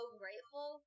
grateful